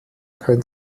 kein